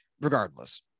regardless